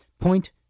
Point